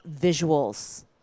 visuals